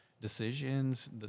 decisions